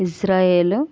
Israel